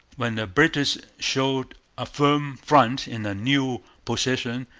when the british showed a firm front in a new position,